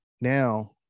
Now